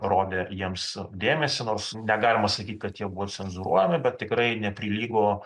rodė jiems dėmesį nors negalima sakyt kad jie buvo cenzūruojami bet tikrai neprilygo